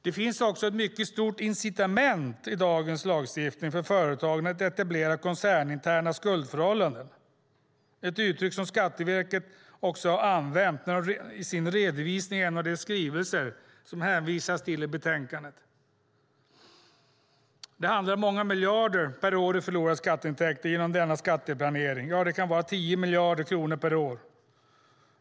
Det finns också ett mycket stort incitament i dagens lagstiftning för företagen att etablera koncerninterna skuldförhållanden. Det är ett uttryck som Skatteverket har använt i sin redovisning i en av de skrivelser som det hänvisas till i betänkandet. Det handlar om många miljarder per år i förlorade skatteintäkter genom denna skatteplanering. Det kan vara 10 miljarder kronor per år.